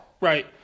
Right